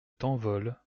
tanvol